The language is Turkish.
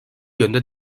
yönde